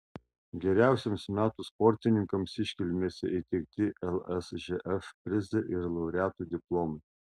geriausiems metų sportininkams iškilmėse įteikti lsžf prizai ir laureatų diplomai